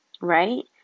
right